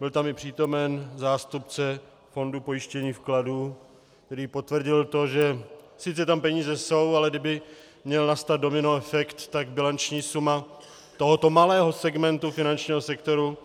Byl tam i přítomen zástupce Fondu pojištění vkladů, který potvrdil to, že sice tam peníze jsou, ale kdyby měl nastat domino efekt, tak bilanční suma tohoto malého segmentu finančního sektoru